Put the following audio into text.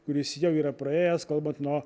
kuris jau yra praėjęs kalbant nuo